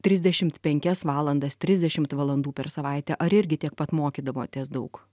trisdešimt penkias valandas trisdešimt valandų per savaitę ar irgi tiek pat mokydavotės daug